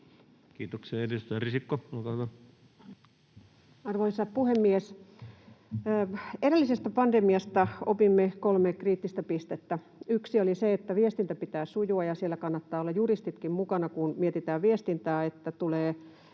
muuttamisesta Time: 17:51 Content: Arvoisa puhemies! Edellisestä pandemiasta opimme kolme kriittistä pistettä. Yksi on se, että viestinnän pitää sujua ja siellä kannattaa olla juristienkin mukana, kun mietitään viestintää, että ei